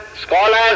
scholars